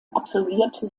absolvierte